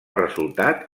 resultat